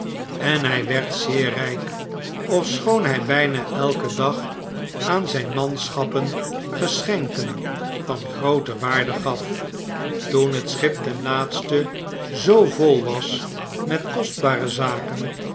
en hj werd zeer rjjk ofschoon hfl bijna elkeu dag aan zijn manschappen geschenken van groote waarde gaf toen het schip ten laatste zoo vol was met kostbare zaken